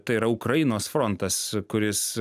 tai yra ukrainos frontas kuris